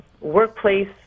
workplace